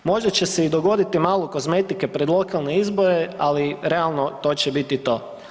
Možda će se i dogoditi malo kozmetike pred lokalne izbore, ali realno to će biti to.